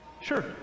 sure